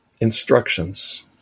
instructions